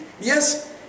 Yes